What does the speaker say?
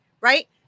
right